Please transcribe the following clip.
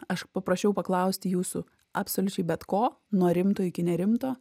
aš paprašiau paklausti jūsų absoliučiai bet ko nuo rimto iki nerimto